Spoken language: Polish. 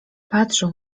patrzył